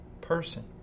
person